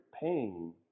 pain